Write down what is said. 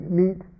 meet